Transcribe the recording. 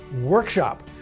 workshop